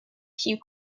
keep